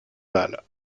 val